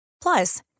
Plus